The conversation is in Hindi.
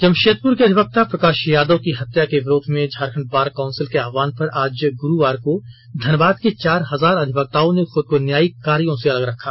जमशेदपुर के अधिवक्ता प्रकाश यादव की हत्या के विरोध में झारखंड बार काउंसिल के आहवान पर आज ग्रुवार को धनबाद के चार हजार अधिवक्ताओं ने खुद को न्यायिक कार्यों से अलग रखा